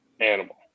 animal